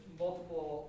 multiple